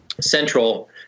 central